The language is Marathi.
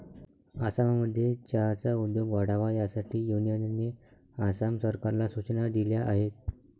आसाममध्ये चहाचा उद्योग वाढावा यासाठी युनियनने आसाम सरकारला सूचना दिल्या आहेत